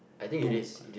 to